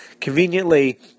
conveniently